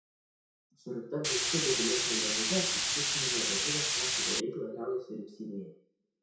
surinkta gausi dokumentinė medžiaga išryškina negatyvią klasiko veiklą liaudies vyriausybėje